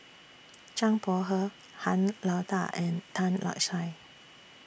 Zhang Bohe Han Lao DA and Tan Lark Sye